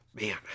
Man